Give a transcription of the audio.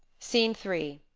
scene three.